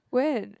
when